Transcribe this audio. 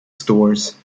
stores